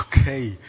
okay